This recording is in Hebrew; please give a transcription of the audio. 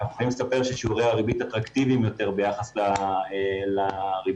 שיעורי הריבית אטרקטיביים יותר ביחס לריביות